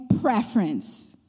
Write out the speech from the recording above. preference